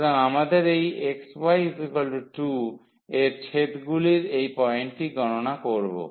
সুতরাং আমাদের এই xy 2 এর ছেদগুলির এই পয়েন্টটি গণনা করব